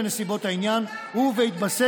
בהתאם לנסיבות העניין ------- ובהתבסס